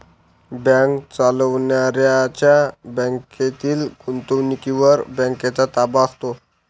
bank चालवणाऱ्यांच्या बँकेतील गुंतवणुकीवर बँकेचा ताबा असतो